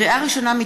לקריאה ראשונה,